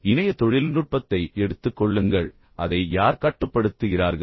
உதாரணமாக இணைய தொழில்நுட்பத்தை எடுத்துக் கொள்ளுங்கள் அதை யார் கட்டுப்படுத்துகிறார்கள்